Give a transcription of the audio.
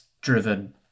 driven